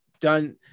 done